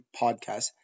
podcast